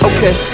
Okay